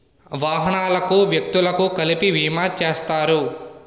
వాహనాలకు వ్యక్తులకు కలిపి బీమా చేస్తారు